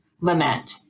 lament